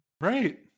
Right